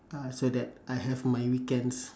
uh so that I have my weekends